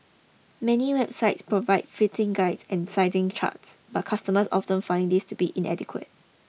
many websites provide fitting guides and sizing charts but customers often find these to be inadequate